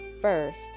First